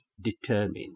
determined